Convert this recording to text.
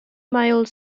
mile